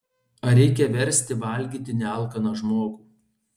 ar reikia versti valgyti nealkaną žmogų